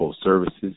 services